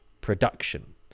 production